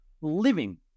living